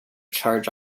charge